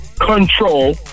control